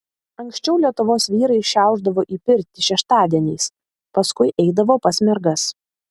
anksčiau lietuvos vyrai šiaušdavo į pirtį šeštadieniais paskui eidavo pas mergas